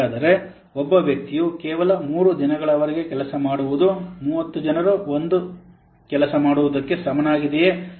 ಹಾಗಾದರೆ ಒಬ್ಬ ವ್ಯಕ್ತಿಯು ಕೇವಲ 3 ದಿನಗಳವರೆಗೆ ಕೆಲಸ ಮಾಡುವುದು 30 ಜನರು 1 ದಿನ ಕೆಲಸ ಮಾಡುವುದಕ್ಕೆ ಸಮನಾಗಿದೆಯೇ